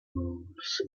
roles